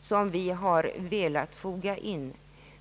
som vi har önskat tillfoga.